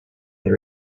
they